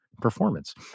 performance